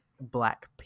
black